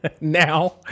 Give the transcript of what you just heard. now